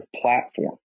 platform